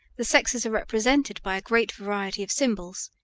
the sexes are represented by a great variety of symbols,